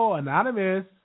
anonymous